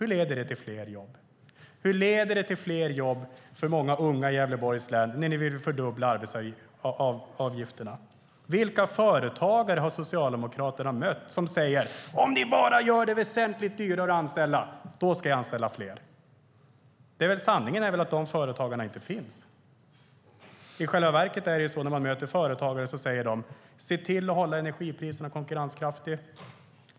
Hur leder det till fler jobb? Hur leder det till fler jobb för unga i Gävleborgs län när ni vill fördubbla arbetsgivaravgifterna? Vilka företagare har Socialdemokraterna mött som säger: Om ni bara gör det väsentligt dyrare att anställa ska jag anställa fler! Sanningen är väl att de företagarna inte finns. I själva verket säger de företagare man möter: Se till att hålla energipriserna konkurrenskraftiga!